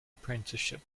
apprenticeship